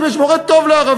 אם יש מורה טוב לערבית,